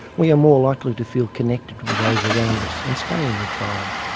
we are more likely to feel connected with those around us and stay in the tribe.